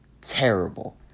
terrible